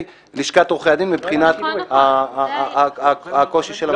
לשכת עורכי הדין מבחינת הקושי של הבחינה.